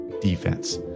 defense